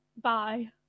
bye